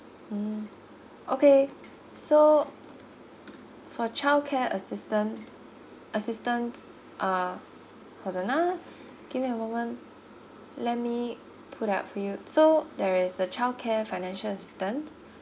mm okay so for childcare assistant assistance uh hold on ah give me a moment let me put up for you so there is the childcare financial assistance